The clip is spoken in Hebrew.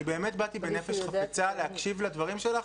אני באמת באתי בנפש חפצה להקשיב לדברים שלך.